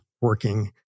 working